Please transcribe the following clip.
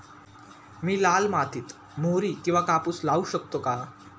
मी लाल मातीत मोहरी किंवा कापूस लावू शकतो का?